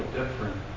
different